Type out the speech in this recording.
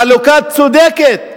חלוקה צודקת.